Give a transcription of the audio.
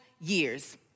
years